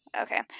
okay